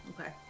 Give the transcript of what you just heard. okay